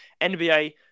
nba